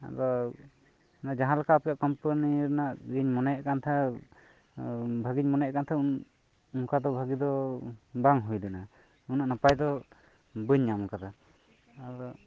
ᱟᱫᱚ ᱡᱟᱦᱟᱸ ᱞᱮᱠᱟ ᱟᱯᱮᱭᱟᱜ ᱠᱳᱢᱯᱟᱱᱤ ᱨᱮᱱᱟᱜ ᱤᱧᱤᱧ ᱢᱚᱱᱮᱭᱮᱫ ᱠᱟᱱ ᱛᱟᱦᱮᱸᱱᱟ ᱵᱷᱟᱜᱮᱧ ᱢᱚᱱᱮᱭᱮᱫ ᱠᱟᱱ ᱚᱱᱠᱟ ᱵᱷᱟᱜᱮ ᱫᱚ ᱵᱟᱝ ᱦᱩᱭ ᱞᱮᱱᱟ ᱩᱱᱟᱹᱜ ᱱᱟᱯᱟᱭ ᱫᱚ ᱵᱟᱹᱧ ᱧᱟᱢ ᱟᱠᱟᱫᱟ